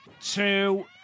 two